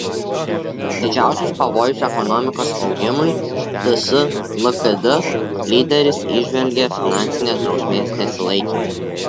didžiausius pavojus ekonomikos augimui ts lkd lyderis įžvelgia finansinės drausmės nesilaikyme